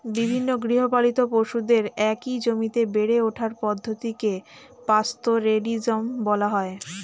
বিভিন্ন গৃহপালিত পশুদের একই জমিতে বেড়ে ওঠার পদ্ধতিকে পাস্তোরেলিজম বলা হয়